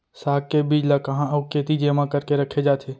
साग के बीज ला कहाँ अऊ केती जेमा करके रखे जाथे?